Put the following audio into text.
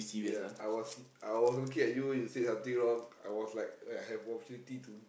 yeah I was I was looking at you you said something wrong I was like I have opportunity to